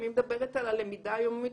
אני מדברת על הלמידה היומית,